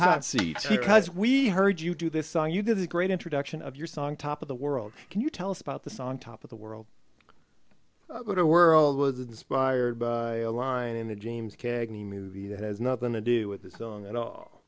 hot seat because we heard you do this song you did the great introduction of your song top of the world can you tell us about the song top of the world go to world was inspired by a line in the james cagney movie that has nothing to do with this song at all